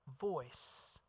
voice